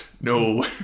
No